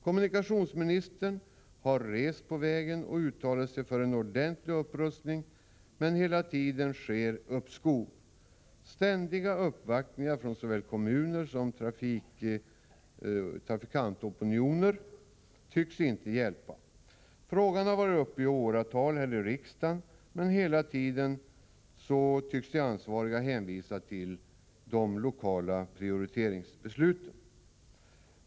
Kommunikationsministern har rest på vägen och uttalat sig för en ordentlig upprustning, men hela tiden sker uppskov. Ständiga uppvaktningar från såväl kommuner som trafikantopinioner tycks inte hjälpa. Frågan har varit uppe i åratal här i riksdagen, men hela tiden tycks de ansvariga hänvisa till de lokala prioriteringsbesluten.